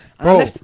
Bro